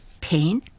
pain